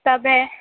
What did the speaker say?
سب ہے